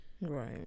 right